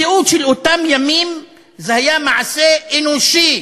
במציאות של אותם ימים זה היה מעשה אנושי.